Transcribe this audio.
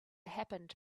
happened